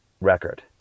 record